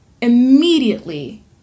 Immediately